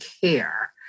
care